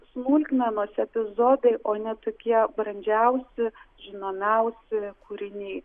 smulkmenos epizodai o ne tokie brandžiausi žinomiausi kūriniai